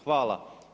Hvala.